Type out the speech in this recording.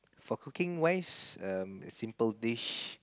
for cooking wise um simple dish